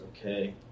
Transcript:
okay